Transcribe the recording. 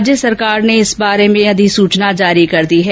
राज्य सरकार ने इस बारे में अधिसूचना जारी कर दी है